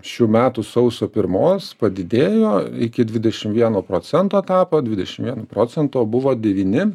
šių metų sausio pirmos padidėjo iki dvidešim vieno procento tapo dvidešim vieno procento buvo devyni